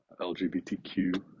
LGBTQ